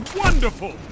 wonderful